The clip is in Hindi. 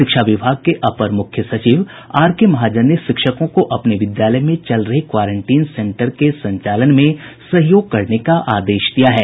शिक्षा विभाग के अपर मुख्य सचिव आर के महाजन ने शिक्षकों को अपने विद्यालय में चल रहे क्वारेंटीन सेन्टर के संचालन में सहयोग करने का आदेश दिया है